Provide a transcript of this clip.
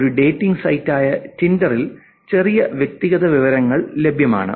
ഒരു ഡേറ്റിംഗ് സൈറ്റായ ടിൻഡറിൽ ചെറിയ വ്യക്തിഗത വിവരങ്ങൾ ലഭ്യമാണ്